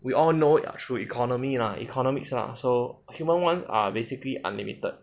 we all know through economy ah economics lah so human wants are basically unlimited